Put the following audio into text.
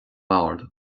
mbord